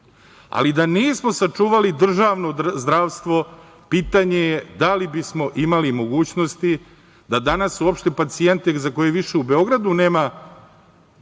ali da nismo sačuvali državno zdravstvo, pitanje je da li bismo imali mogućnost da danas uopšte pacijente za koje više u Beogradu nema